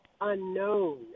unknown